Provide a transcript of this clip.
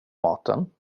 maten